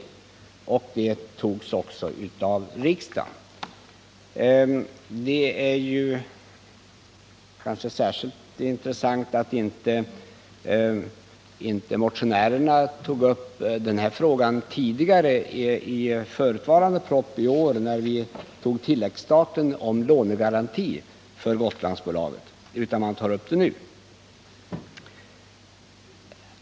Detta uttalande antogs också av riksdagen. Det är intressant att motionärerna inte tog upp den här frågan i samband med behandlingen av tilläggsstaten om lånegaranti för Gotlandsbolaget.